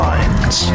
Minds